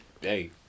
hey